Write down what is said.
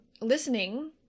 listening